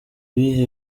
ibihe